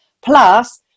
plus